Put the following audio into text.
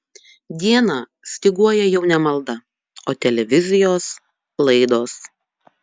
dieną styguoja jau ne malda o televizijos laidos